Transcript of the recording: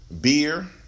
Beer